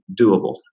doable